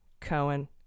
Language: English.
Cohen